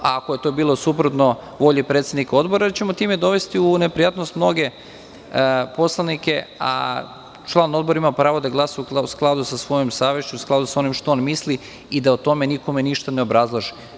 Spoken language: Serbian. Ako je to bilo suprotno volji predsednika Odbora, time ćemo dovesti u neprijatnost mnoge poslanike, a član odbora ima pravo da glasa u skladu sa svojom savešću, u skladu sa onim što on misli i da o tome nikome ništa ne obrazlaže.